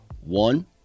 one